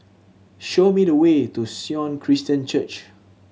show me the way to Sion Christian Church